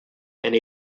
and